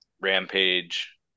rampage